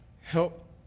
Help